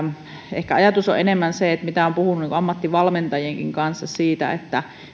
ehkä ajatus on enemmän se mitä olen puhunut ammattivalmentajienkin kanssa että